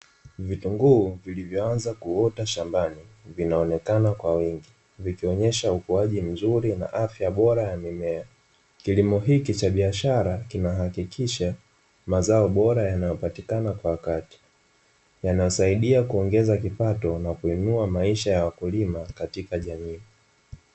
Vitunguu vilivyoanza kuota shambani, vinaonekana kwa wingi, vikionyesha ukuaji mzuri na afya bora ya mimea. Kilimo hichi cha biashara, kinahakikisha mazao bora yanayopatikana kwa wakati. Yanasaidia kuongeza kipato na kuinua maisha ya wakulima katika jamii.